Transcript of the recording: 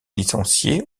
licencié